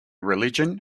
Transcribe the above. religion